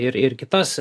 ir ir kitas